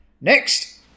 Next